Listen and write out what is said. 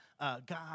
God